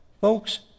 Folks